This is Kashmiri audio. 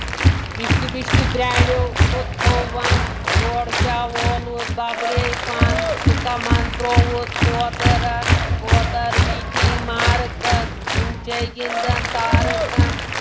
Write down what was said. بِشتہٕ تہِ بِشتہٕ برٛاریو کھوٚت کھو وَن تورٕ کیٛاہ وولُتھ بَبرے پَن سُہ کَمان ترٛووُتھ کوترَن کوتر بیٖٹھۍ مارٕکَن زُن چَھٕے گِنٛدَان تارٕکَن